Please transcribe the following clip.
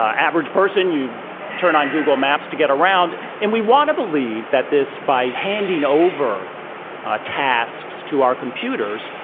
average person, you turn on google maps to get around. and we want to believe that this by handing over ah tasks to our computers,